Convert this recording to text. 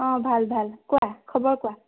অঁ ভাল ভাল কোৱা খবৰ কোৱা